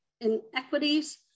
inequities